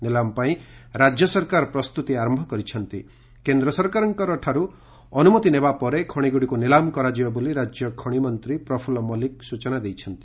ନିଲାମ ପାଇଁ ରାଜ୍ୟ ସରକାର ପ୍ରସ୍ତତି ଆର କେନ୍ଦ ସରକାରଙ୍କ ଠାରୁ ଅନୁମତି ନେବା ପରେ ଖଶିଗୁଡ଼ିକୁ ନିଲାମ କରାଯିବ ବୋଲି ରାଜ୍ୟ ଖଶି ମନ୍ତୀ ପ୍ରଫୁଲ୍ଲ ମଲ୍ଲିକ ସୂଚନା ଦେଇଛନ୍ତି